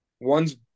one's